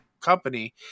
Company